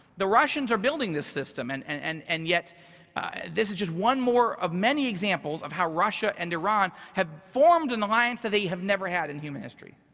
the russians are building this system, and and and and yet this is just one more of many examples of how russia and iran have formed an and alliance that they have never had in human history.